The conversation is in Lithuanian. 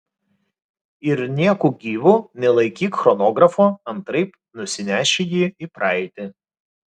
ir nieku gyvu nelaikyk chronografo antraip nusineši jį į praeitį